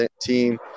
team